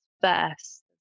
first